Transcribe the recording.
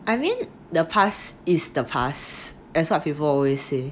I mean the past is the past as what people always say